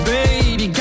Baby